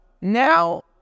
now